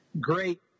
great